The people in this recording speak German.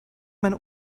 meine